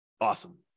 Awesome